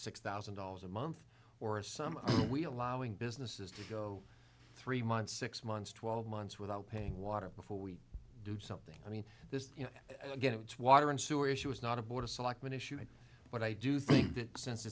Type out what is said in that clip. six thousand dollars a month or some we allowing businesses to go three months six months twelve months without paying water before we do something i mean this you know again it's water and sewer issue it's not a board of selectmen issue but i do think that since